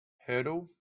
hurdle